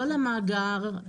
לא למאגר,